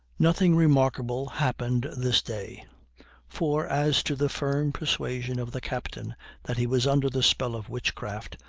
nothing remarkable happened this day for as to the firm persuasion of the captain that he was under the spell of witchcraft,